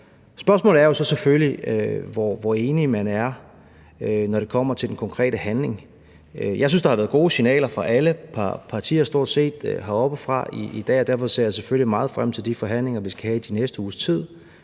Spørgsmålet er jo så selvfølgelig, hvor enige man er, når det kommer til konkret handling. Jeg synes, der heroppefra i dag har været gode signaler fra stort set alle partier, og derfor ser jeg selvfølgelig meget frem til de forhandlinger, vi skal have de næste ugers tid.